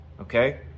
okay